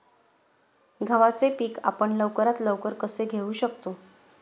गव्हाचे पीक आपण लवकरात लवकर कसे घेऊ शकतो?